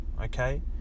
okay